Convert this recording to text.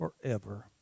forever